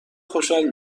خوشحال